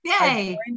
yay